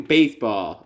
Baseball